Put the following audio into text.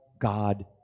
God